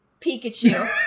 Pikachu